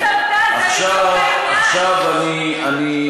זה לא בצוותא, זה לא בצוותא, זה בדיוק העניין.